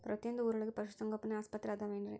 ಪ್ರತಿಯೊಂದು ಊರೊಳಗೆ ಪಶುಸಂಗೋಪನೆ ಆಸ್ಪತ್ರೆ ಅದವೇನ್ರಿ?